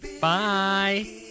Bye